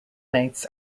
mates